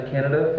Canada